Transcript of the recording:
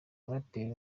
umuraperi